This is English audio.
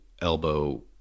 elbow